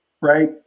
Right